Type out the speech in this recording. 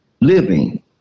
living